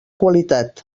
qualitat